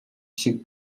шиг